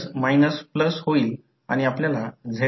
तर ही फ्लक्सची दिशा आहे या गोष्टी कशा आल्या आहेत ते समजले आहे